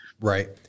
Right